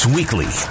Weekly